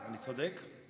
אני צודק?